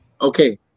Okay